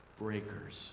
breakers